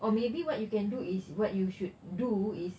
or maybe what you can do is what you should do is